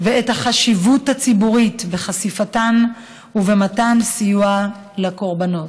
ואת החשיבות הציבורית בחשיפתן ובמתן סיוע לקורבנות.